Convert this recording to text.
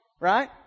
Right